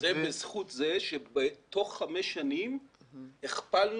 זה בזכות זה שתוך חמש שנים הכפלנו